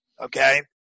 Okay